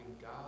God